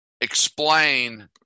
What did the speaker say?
Explain